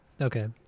Okay